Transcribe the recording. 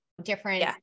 different